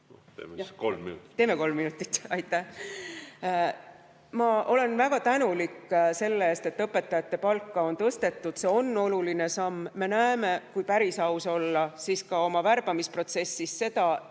Teeme siis kolm minutit. Teeme kolm minutit. Aitäh! Ma olen väga tänulik selle eest, et õpetajate palka on tõstetud, see on oluline samm. Me näeme, kui päris aus olla, ka oma värbamisprotsessis seda, et